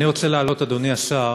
אני רוצה להעלות, אדוני השר,